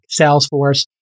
Salesforce